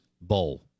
Bowl